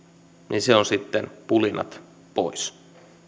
niin se on sitten pulinat pois